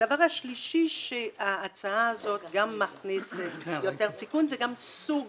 הדבר השלישי שההצעה הזאת גם מכניסה יותר סיכון זה סוג